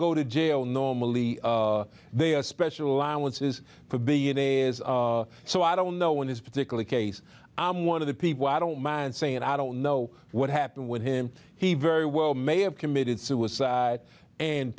go to jail normally they are special allowances for being a is so i don't know when this particular case i'm one of the people i don't mind saying it i don't know what happened with him he very well may have committed suicide and